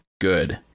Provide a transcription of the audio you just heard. good